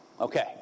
Okay